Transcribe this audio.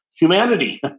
humanity